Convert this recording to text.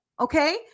Okay